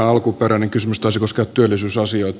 alkuperäinen kysymys taisi koskea työllisyysasioita